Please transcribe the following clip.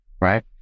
right